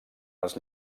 els